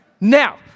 Now